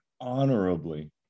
honorably